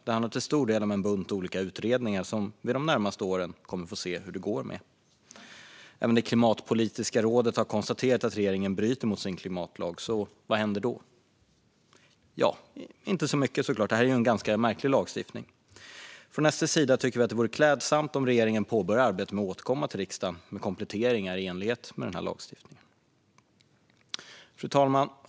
Det handlar till stor del om en bunt olika utredningar som vi de närmaste åren kommer att få se hur det går med. Även Klimatpolitiska rådet har konstaterat att regeringen bryter mot sin klimatlag, så vad händer då? Inte så mycket såklart. Det här är ju en ganska märklig lagstiftning. Från SD:s sida tycker vi att det vore klädsamt om regeringen påbörjade arbetet med att återkomma till riksdagen med kompletteringar i enlighet med den här lagstiftningen. Fru talman!